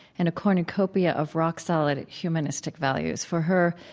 in a cornucopia of rock-solid humanistic values. for her,